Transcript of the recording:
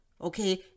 Okay